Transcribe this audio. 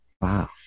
Wow